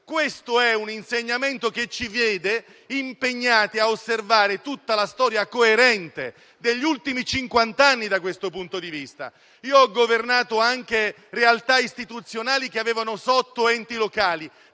Questo è un insegnamento che ci vede impegnati a osservare tutta la storia coerente degli ultimi cinquant'anni, da questo punto di vista. Ho governato anche realtà istituzionali che avevano sotto enti locali